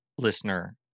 listener